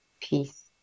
peace